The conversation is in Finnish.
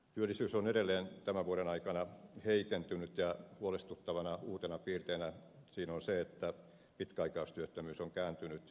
työllisyys on edelleen tämän vuoden aikana heikentynyt ja huolestuttavana uutena piirteenä siinä on se että pitkäaikaistyöttömyys on kääntynyt kasvuun